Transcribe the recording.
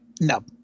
No